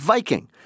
Viking